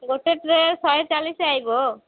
ଗୋଟେ ଟ୍ରେ ଶହେ ଚାଳିଶି ଆସିବ